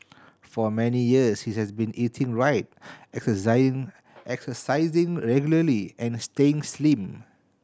for many years he has been eating right exercising regularly and staying slim